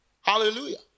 Hallelujah